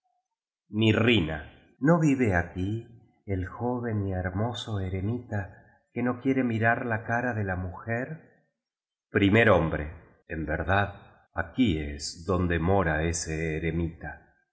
afirríita no vive aqui el joven y hermoso eremita que no quiere mirar la cara de la mujer primer hombre en verdad aquí es donde mora ese ere